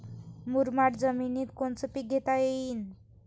मुरमाड जमिनीत कोनचे पीकं घेता येईन?